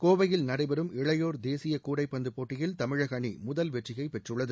கோவையில் நடைபெறும் இளையோர் தேசிய கூடைப்பந்து போட்டியில் தமிழக அணி முதல் வெற்றியை பெற்றுள்ளது